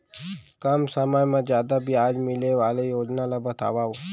कम समय मा जादा ब्याज मिले वाले योजना ला बतावव